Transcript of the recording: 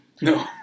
No